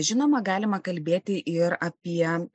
žinoma galima kalbėti ir apie